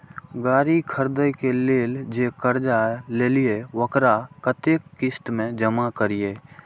गाड़ी खरदे के लेल जे कर्जा लेलिए वकरा कतेक किस्त में जमा करिए?